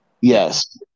Yes